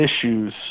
issues